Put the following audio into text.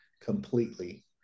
completely